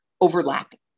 overlapping